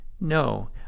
No